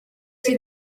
iki